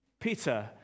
Peter